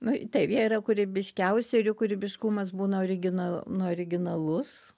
nu taip jie yra kūrybiškiausi ir jų kūrybiškumas būna origina nu originalus